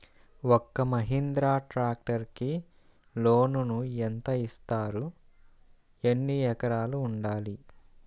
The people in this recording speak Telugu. ఒక్క మహీంద్రా ట్రాక్టర్కి లోనును యెంత ఇస్తారు? ఎన్ని ఎకరాలు ఉండాలి?